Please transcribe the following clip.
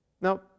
Now